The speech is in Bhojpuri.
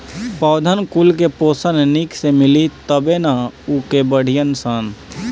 पौधन कुल के पोषन निक से मिली तबे नअ उ के बढ़ीयन सन